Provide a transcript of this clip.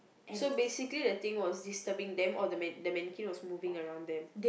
so basically the thing was disturbing them or the man~ the mannequin was moving around them